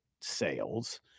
sales